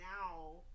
now